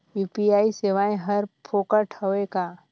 UPI सेवाएं हर फोकट हवय का?